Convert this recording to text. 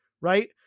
right